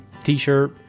t-shirt